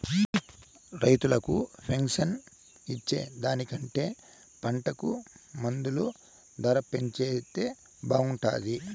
రైతులకు పెన్షన్ ఇచ్చే దానికంటే పంటకు మద్దతు ధర పెంచితే బాగుంటాది